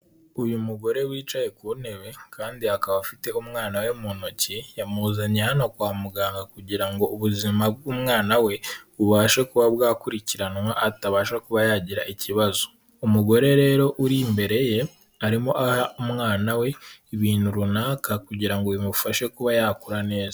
Uyu mugore wicaye ku ntebe, kandi akaba afite umwana we mu ntoki, yamuzanye hano kwa muganga kugira ngo ubuzima bw'umwana we bubashe kuba bwakurikiranwa atabasha kuba yagira ikibazo, umugore rero uri imbere ye, arimo aha umwana we ibintu runaka kugira ngo bimufashe kuba yakura neza.